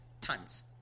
Tons